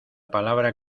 palabra